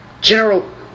General